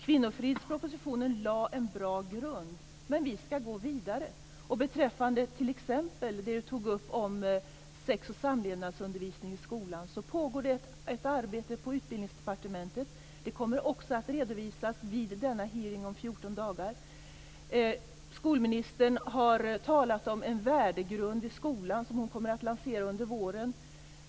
Kvinnofridspropositionen lade en bra grund. Men vi skall gå vidare. Det pågår ett arbete på Utbildningsdepartementet angående sex och samlevnadsundervisning i grundskolan. Det kommer också att redovisas vid denna hearing om 14 dagar. Skolministern har talat om en värdegrund i skolan. Den kommer att lanseras under våren.